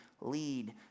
lead